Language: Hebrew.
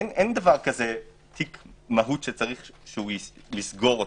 אין דבר כזה תיק מהו"ת שצריך לסגור אותו.